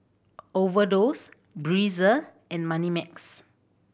Overdose Breezer and Moneymax